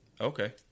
Okay